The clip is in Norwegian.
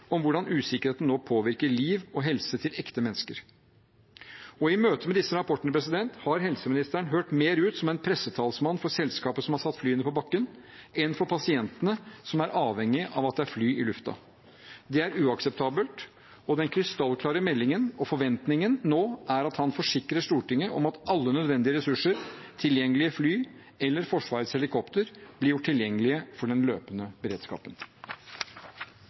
om hvordan usikkerheten nå påvirker liv og helse til ekte mennesker. I møte med disse rapportene høres helseministeren mer ut som en pressetalsmann for selskaper som har satt flyene på bakken, enn som en talsmann for pasientene som er avhengige av at det er fly i lufta. Det er uakseptabelt. Den krystallklare meldingen og forventningen nå er at han forsikrer Stortinget om at alle nødvendige ressurser, tilgjengelige fly eller Forsvarets helikoptre, blir gjort tilgjengelige for den løpende beredskapen.